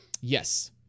Yes